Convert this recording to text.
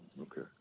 okay